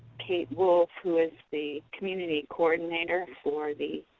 kate wolfe, who is the community coordinator for the